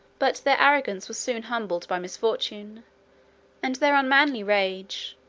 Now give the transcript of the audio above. but their arrogance was soon humbled by misfortune and their unmanly rage,